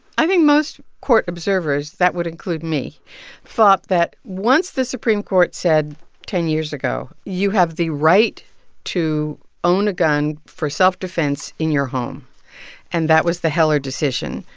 i think most court observers that would include me thought that once the supreme court said ten years ago, you have the right to own a gun for self-defense in your home and that was the heller decision.